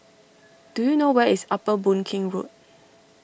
do you know where is Upper Boon Keng Road